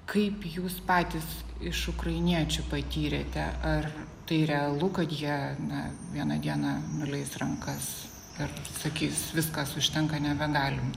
kaip jūs patys iš ukrainiečių patyrėte ar tai realu kad jie na vieną dieną nuleis rankas ir sakys viskas užtenka nebegalim